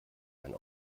ein